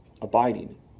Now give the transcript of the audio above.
abiding